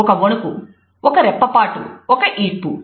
ఒక వణుకు ఒక రెప్ప పాటు ఒక ఈడ్పు